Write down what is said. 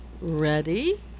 Ready